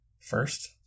first